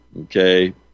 Okay